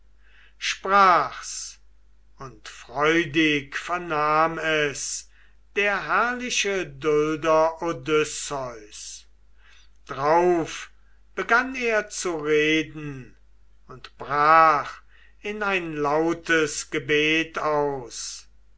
sprach's und freudig vernahm es der herrliche dulder odysseus drauf begann er zu reden und brach in ein lautes gebet aus